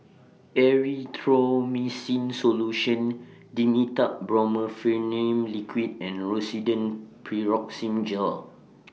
Erythroymycin Solution Dimetapp Brompheniramine Liquid and Rosiden Piroxicam Gel